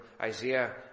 Isaiah